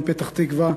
מפתח-תקווה,